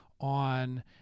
on